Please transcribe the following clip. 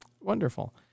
Wonderful